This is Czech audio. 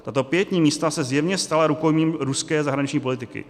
Tato pietní místa se zjevně stala rukojmím ruské zahraniční politiky.